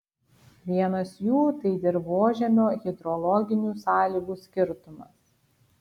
vienas jų tai dirvožemio hidrologinių sąlygų skirtumas